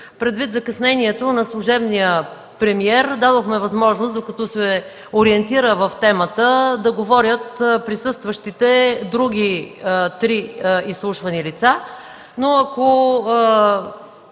Предвид закъснението на служебния премиер дадохме възможност, докато се ориентира в темата, да говорят присъстващите други три изслушвани лица. Ако